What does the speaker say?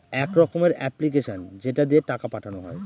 এক রকমের এপ্লিকেশান যেটা দিয়ে টাকা পাঠানো হয়